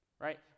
right